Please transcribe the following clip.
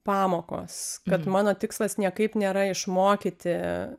pamokos kad mano tikslas niekaip nėra išmokyti